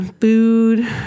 food